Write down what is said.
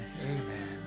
amen